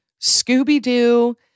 Scooby-Doo